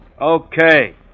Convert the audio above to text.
Okay